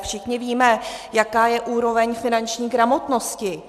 Všichni víme, jaká je úroveň finanční gramotnosti.